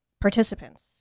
participants